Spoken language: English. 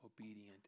obedient